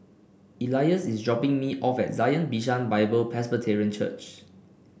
Elias is dropping me off at Zion Bishan Bible Presbyterian Church